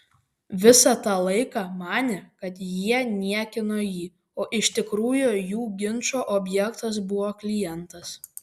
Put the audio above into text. visą tą laiką manė kad jie niekino jį o iš tikrųjų jų ginčo objektas buvo klientas